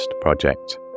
project